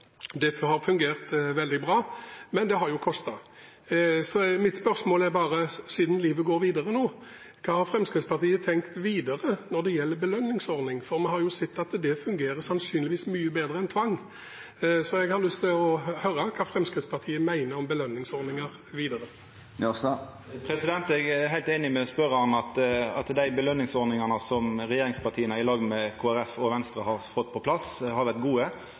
Det har fungert veldig bra, men det har kostet. Så mitt spørsmål er bare: Siden livet går videre nå, hva har Fremskrittspartiet tenkt videre når det gjelder belønningsordning? Vi har jo sett at det sannsynligvis fungerer mye bedre enn tvang, så jeg har lyst til å høre hva Fremskrittspartiet tenker om belønningsordninger videre. Eg er heilt einig med spørjaren i at dei belønningsordningane som regjeringspartia saman med Kristeleg Folkeparti og Venstre har fått på plass, har vore gode.